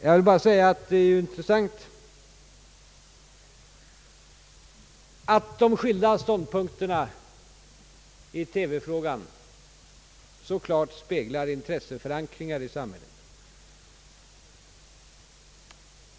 Jag vill bara säga att det är intressant att konstatera att de skilda ståndpunkterna i TV-frågan så klart speglar intresseförankringar i samhället.